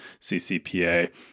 CCPA